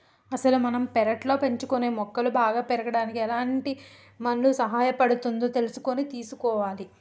అసలు మనం పెర్లట్లో పెంచుకునే మొక్కలు బాగా పెరగడానికి ఎలాంటి మన్ను సహాయపడుతుందో తెలుసుకొని తీసుకోవాలి